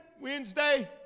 Wednesday